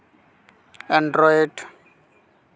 android